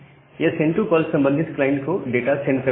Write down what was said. यह send to call संबंधित client को डाटा सेंड कर रहा है